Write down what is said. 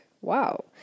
Wow